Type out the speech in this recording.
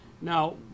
now